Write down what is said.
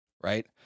right